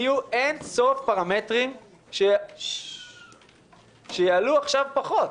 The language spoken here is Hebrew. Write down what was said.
יהיו אין-סוף פרמטרים שיעלו עכשיו פחות.